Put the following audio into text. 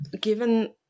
given